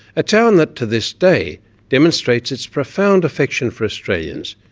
a town that to this day demonstrates its profound affection for australians,